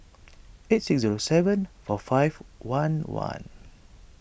eight six zero seven four five one one